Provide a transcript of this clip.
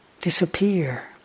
disappear